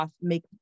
make